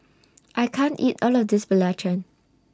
I can't eat All of This Belacan